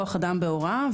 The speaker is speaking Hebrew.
כוח אדם בהוראה.